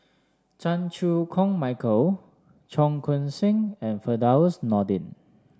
Chan Chew Koon Michael Cheong Koon Seng and Firdaus Nordin